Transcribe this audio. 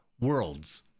worlds